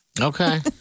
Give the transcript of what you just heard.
Okay